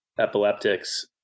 Epileptics